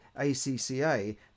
ACCA